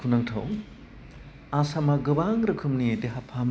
दुखुनांथाव आसामा गोबां रोखोमनि देहा फाहामसालिफोर